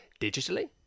digitally